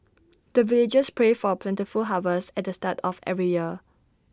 the villagers pray for plentiful harvest at the start of every year